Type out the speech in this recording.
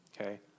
okay